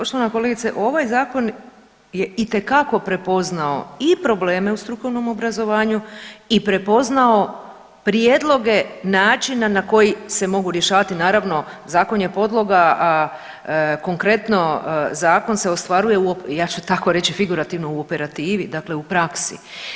Poštovana kolegice, ovaj zakon je itekako prepoznao i probleme u strukovnom obrazovanju i prepoznao prijedloge načina na koji se mogu rješavati, naravno zakon je podloga, konkretno zakon se ostvaruje, ja ću tako reći figurativno, u operativi, dakle u praksi.